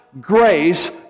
grace